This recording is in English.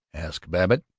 asked babbitt.